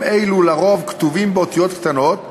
אלו על-פי רוב כתובים באותיות קטנות,